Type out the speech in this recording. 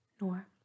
Nor